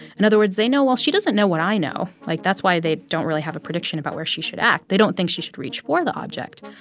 in other words, they know well, she doesn't know what i know. like, that's why they don't really have a prediction about where she should act. they don't think she should reach for the object,